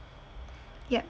yup